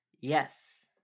Yes